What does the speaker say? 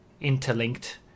interlinked